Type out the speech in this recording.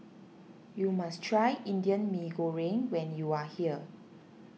you must try Indian Mee Goreng when you are here